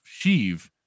Sheev